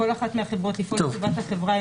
בכל אחת מהחברות לפעול לטובת החברה,